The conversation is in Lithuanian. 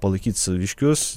palaikyt saviškius